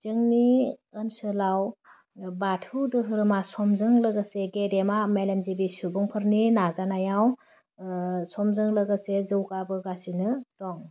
जोंनि ओनसोलाव बाथौ दोहोरोमा समजों लोगोसे गेदेरमा मेलेमजिबि सुबुंफोरनि नाजानायाव ओह समजों लोगोसे जौगाबोगासिनो दं